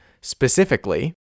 specifically